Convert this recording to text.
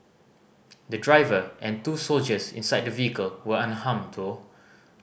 the driver and two soldiers inside the vehicle were unharmed though